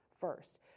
first